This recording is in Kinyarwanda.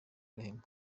rehema